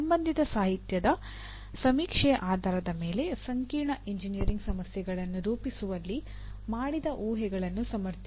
ಸಂಬಂಧಿತ ಸಾಹಿತ್ಯದ ಸಮೀಕ್ಷೆಯ ಆಧಾರದ ಮೇಲೆ ಸಂಕೀರ್ಣ ಎಂಜಿನಿಯರಿಂಗ್ ಸಮಸ್ಯೆಗಳನ್ನು ರೂಪಿಸುವಲ್ಲಿ ಮಾಡಿದ ಊಹೆಗಳನ್ನು ಸಮರ್ಥಿಸಿ